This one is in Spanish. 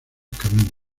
camino